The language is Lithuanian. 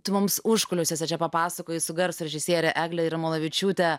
tai mums užkulisiuose čia papasakojo su garso režisierė eglė jarmolavičiūtė